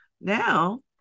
Now